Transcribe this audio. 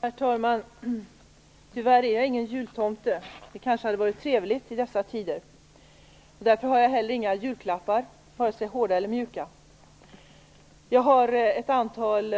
Herr talman! Tyvärr är jag ingen jultomte. Det kanske hade varit trevligt i dessa tider. Därför har jag heller inga julklappar, vare sig hårda eller mjuka. Jag har ett antal